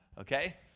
okay